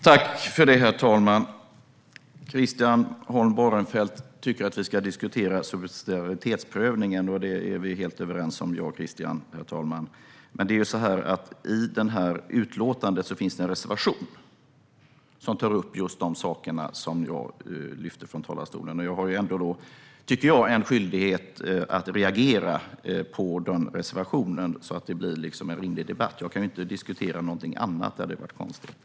Herr talman! Christian Holm Barenfeld tycker att vi ska diskutera subsidiaritetsprövningen, och det är vi helt överens om. Det är dock så att det i utlåtandet finns en reservation som tar upp just de saker jag lyfte fram. Jag tycker ändå att jag har en skyldighet att reagera på den reservationen så att det blir en rimlig debatt; jag kan inte diskutera någonting annat. Det hade varit konstigt.